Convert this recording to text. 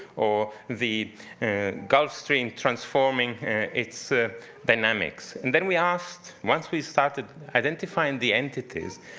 or the gulf stream transforming its ah dynamics. and then we asked, once we started identifying the entities,